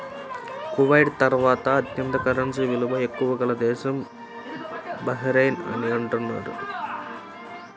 Kuwait తర్వాత అత్యంత currency విలువ ఎక్కువ గల దేశం బహ్రెయిన్ అని అంటున్నారు